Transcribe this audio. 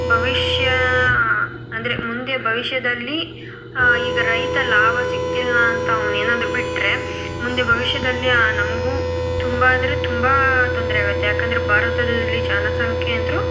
ಭವಿಷ್ಯ ಅಂದರೆ ಮುಂದೆ ಭವಿಷ್ಯದಲ್ಲಿ ಈಗ ರೈತ ಲಾಭ ಸಿಕ್ತಿಲ್ಲ ಅಂತ ಅವನೇನಾದ್ರೂ ಬಿಟ್ಟರೆ ಮುಂದೆ ಭವಿಷ್ಯದಲ್ಲಿ ಆ ನಮಗೂ ತುಂಬ ಅಂದರೆ ತುಂಬ ತೊಂದರೆ ಆಗುತ್ತೆ ಯಾಕಂದರೆ ಭಾರತದಲ್ಲಿ ಜನಸಂಖ್ಯೆ ಅಂದರು